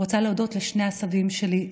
רוצה להודות לשני הסבים שלי,